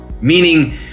meaning